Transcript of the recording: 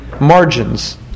margins